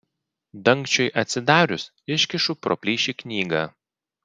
dangčiui atsidarius iškišu pro plyšį knygą